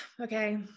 okay